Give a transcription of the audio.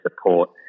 support